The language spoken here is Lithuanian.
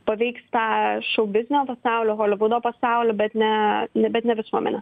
paveiks tą šou biznio pasaulio holivudo pasaulį bet ne ne bet ne visuomenę